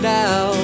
now